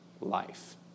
life